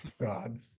God